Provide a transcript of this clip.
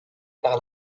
par